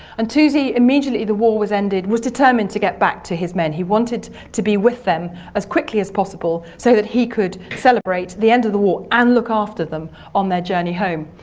and toosey, immediately the war was ended, was determined to get back to his men, he wanted to be with them as quickly as possible so that he could celebrate the end of the war and look after them on the journey home.